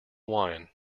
wine